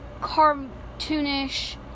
cartoonish